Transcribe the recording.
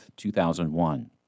2001